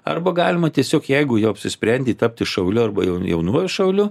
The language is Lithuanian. arba galima tiesiog jeigu jau apsisprendei tapti šauliu arba jaunuoju šauliu